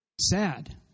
sad